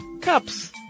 cups